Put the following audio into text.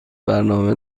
برنامه